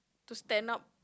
to stand up